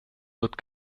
wird